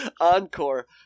Encore